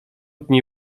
dni